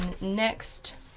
next